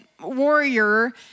warrior